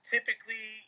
Typically